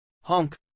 Honk